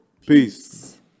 Peace